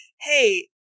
hey